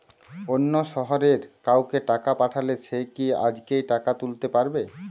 অন্য শহরের কাউকে টাকা পাঠালে সে কি আজকেই টাকা তুলতে পারবে?